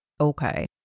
Okay